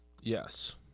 Yes